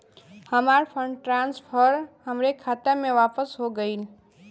हमार fund transfer हमरे खाता मे वापस हो गईल